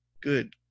Good